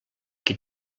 qui